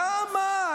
--- למה?